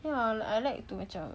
yeah I like to macam